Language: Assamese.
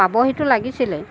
পাবহিতো লাগিছিলে